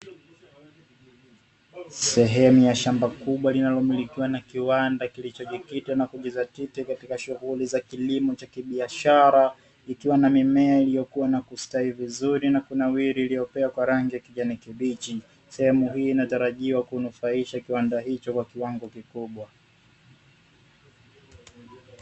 Sehemu ya shamba kubwa linalomilikiwa na kiwanda lilichojikita na kujizatiti katika shughuli za kilimo cha kibiashara, ikiwa na mimea iliyokukua na kustawi vizuri na kunawiri iliyopakwa rangi ya kijani kibichi. Sehemu hii inatarajiwa kunufaisha kiwanda hicho kwa kiwango kikubwa.